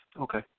Okay